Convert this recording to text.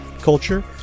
culture